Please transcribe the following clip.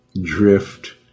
drift